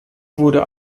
wurde